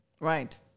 Right